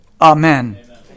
Amen